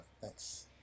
thanks